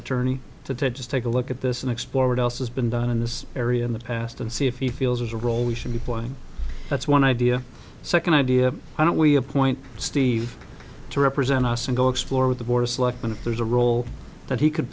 attorney to just take a look at this and explore what else has been done in this area in the past and see if he feels his role we should be one that's one idea second idea why don't we appoint steve to represent us and go explore with the board of selectmen if there's a role that he could